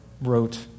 wrote